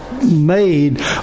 made